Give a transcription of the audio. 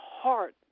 heart